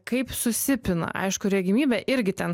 kaip susipina aišku regimybė irgi ten